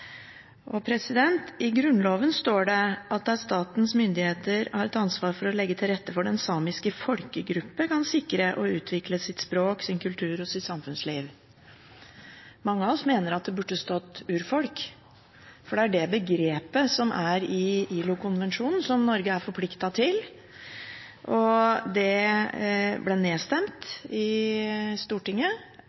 og det er viktig. I Grunnloven står det at statens myndigheter har et ansvar for å legge til rette for at den samiske folkegruppe kan sikre og utvikle sitt språk, sin kultur og sitt samfunnsliv. Mange av oss mener at det burde stått urfolk, for det er begrepet som er brukt i ILO-konvensjonen som Norge er forpliktet på. Det ble nedstemt i Stortinget,